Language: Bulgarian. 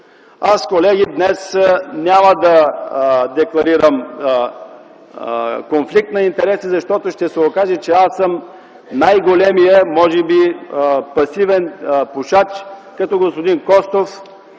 Колеги, днес аз няма да декларирам конфликт на интереси, защото ще се окаже, че аз съм най-големият, може би, пасивен пушач като господин Костов.